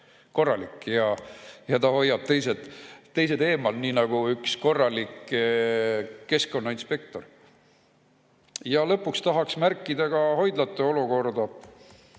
ja kes hoiab teised eemal nii nagu üks korralik keskkonnainspektor. Lõpuks tahaksin märkida ka hoidlate olukorda.